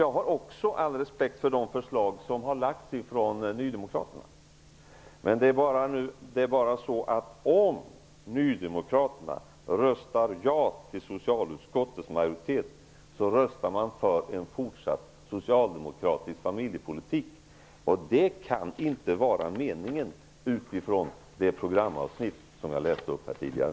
Jag har också all respekt för de förslag som har lagts fram av nydemokraterna. Om nydemokraterna röstar med socialutskottets majoritet röstar de för en fortsatt socialdemokratisk familjepolitik. Det kan inte vara meningen med tanke på det programavsnitt som jag läste upp tidigare.